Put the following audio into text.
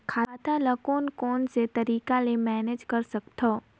खाता ल कौन कौन से तरीका ले मैनेज कर सकथव?